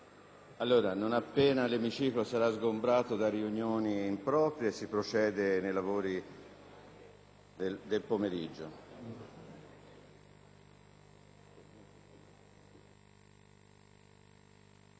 colleghi, non appena l’emiciclo sarasgombrato da riunioni improprie si procedera con i lavori del pomeriggio.